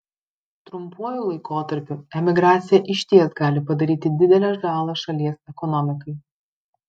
trumpuoju laikotarpiu emigracija išties gali padaryti didelę žalą šalies ekonomikai